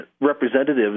representatives